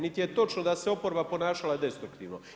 Niti je točno da se oporba ponašala destruktivno.